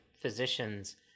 physicians